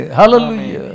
hallelujah